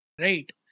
right